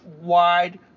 wide